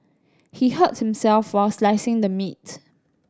he hurt himself while slicing the meats